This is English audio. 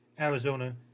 Arizona